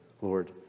lord